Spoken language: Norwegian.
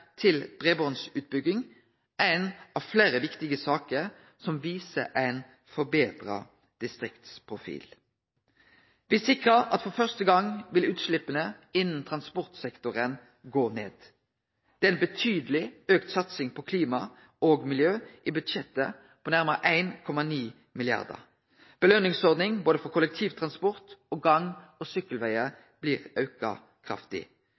som viser ein forbetra distriktsprofil. Me sikrar at for første gong vil utsleppa innan transportsektoren gå ned. Det er ei betydelig auka satsing på klima og miljø i budsjettet, på nærmare 1,9 mrd. kr. Belønningsordninga både for kollektivtransport og gang- og sykkelvegar blir auka kraftig.